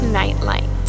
nightlight